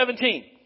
17